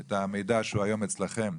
את המידע שהוא היום אצלכם.